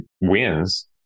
wins